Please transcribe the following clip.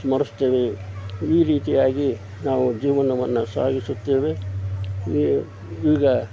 ಸ್ಮರಿಸ್ತೇವೆ ಈ ರೀತಿಯಾಗಿ ನಾವು ಜೀವನವನ್ನು ಸಾಗಿಸುತ್ತೇವೆ ಈಗ